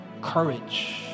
courage